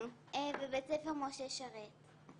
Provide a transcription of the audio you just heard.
בבית ספר "משה שרת".